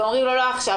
ואומרים לו לא עכשיו,